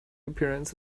appearance